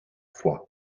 foix